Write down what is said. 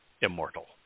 immortal